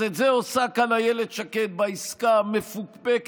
אז את זה עושה כאן אילת שקד בעסקה המפוקפקת